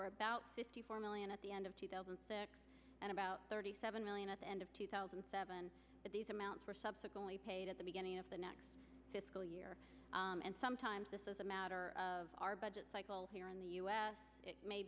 were about fifty four million at the end of two thousand and about thirty seven million at the end of two thousand and seven but these amounts were subsequently paid at the beginning of the next fiscal year and sometimes this is a matter of our budget cycle here in the us it may